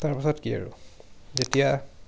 তাৰপাছত কি আৰু যেতিয়া